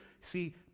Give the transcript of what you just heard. See